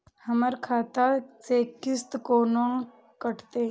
हमर खाता से किस्त कोना कटतै?